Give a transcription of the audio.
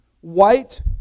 white